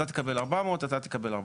אתה תקבל 400 ואתה תקבל 400,